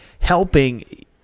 helping